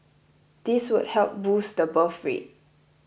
this would help boost the birth rate